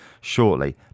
shortly